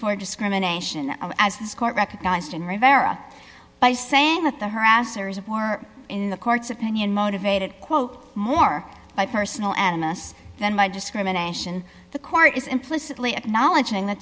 for discrimination as this court recognized in rivera by saying that the harassers of war in the court's opinion motivated quote more by personal animus than my discrimination the court is implicitly acknowledging that